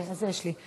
אז יש לי.